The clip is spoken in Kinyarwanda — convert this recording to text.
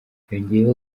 yongeyeho